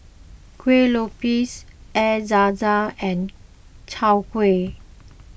Kueh Lopes Air Zam Zam and Chai Kueh